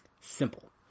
Simple